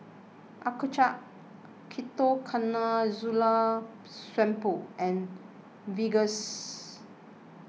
Accucheck Ketoconazole Shampoo and Vagisil